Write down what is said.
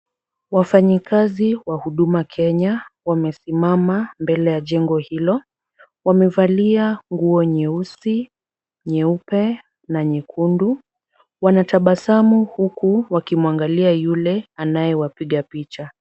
Wafanyikazi wa Huduma Kenya wamesimama mbele ya jengo hilo. Wamevalia nguo nyeusi, nyeupe na nyekundu. Wanatabasamu huku wakimwangalia yule anayewapiga picha.